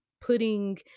putting